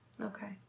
Okay